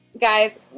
guys